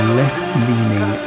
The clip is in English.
left-leaning